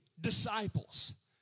disciples